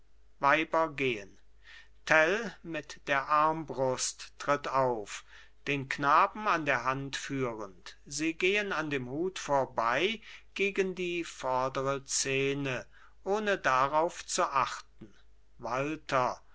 gehen tell mit der armbrust tritt auf den knaben an der hand führend sie gehen an dem hut vorbei gegen die vordere szene ohne darauf zu achten walther